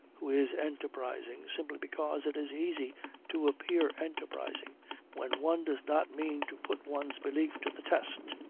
who is enterprising, simply because it is easy to appear enterprising when one does not mean to put one's belief to the test.